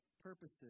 purposes